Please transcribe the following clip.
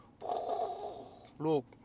Look